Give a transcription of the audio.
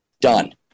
Done